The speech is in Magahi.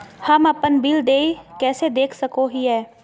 हम अपन बिल देय कैसे देख सको हियै?